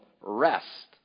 rest